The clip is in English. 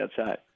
outside